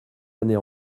années